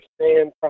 understand